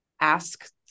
ask